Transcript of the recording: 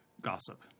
gossip